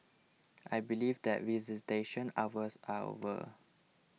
I believe that visitation hours are over